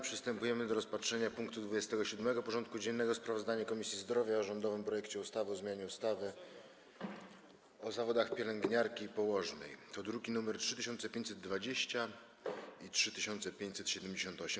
Przystępujemy do rozpatrzenia punktu 27. porządku dziennego: Sprawozdanie Komisji Zdrowia o rządowym projekcie ustawy o zmianie ustawy o zawodach pielęgniarki i położnej (druki nr 3520 i 3578)